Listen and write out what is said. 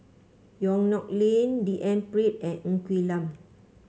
Yong Nyuk Lin D N Pritt and Ng Quee Lam